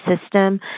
system